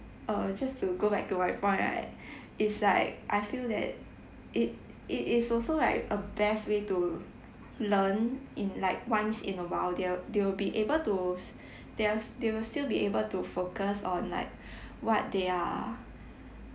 uh just to go back to my point right is like I feel that it it is also like a best way to learn in like once in a while they'll they will be able to they they will still be able to focus on like what they are